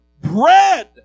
bread